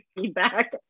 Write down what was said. feedback